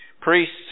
priests